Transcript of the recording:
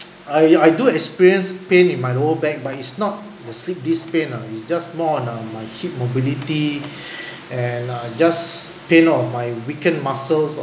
I I do experience pain in my lower back but it's not the slipped disc pain ah it's just more on uh my hip mobility and uh just pain on my weakened muscles